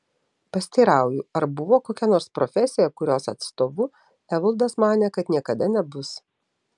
pasiteirauju ar buvo kokia nors profesija kurios atstovu evaldas manė kad niekada nebus